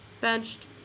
benched